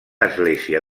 església